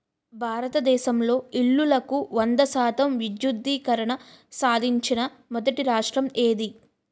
భారతదేశంలో ఇల్లులకు వంద శాతం విద్యుద్దీకరణ సాధించిన మొదటి రాష్ట్రం ఏది?